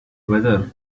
whether